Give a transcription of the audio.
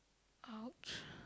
!ouch!